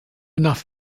enough